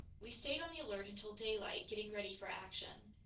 we stayed on the alert until daylight, getting ready for action.